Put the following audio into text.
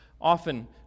often